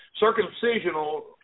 circumcisional